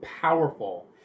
powerful